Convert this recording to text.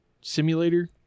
simulator